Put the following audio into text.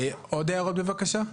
עוד הערות, בבקשה?